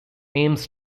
aims